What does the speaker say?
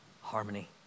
harmony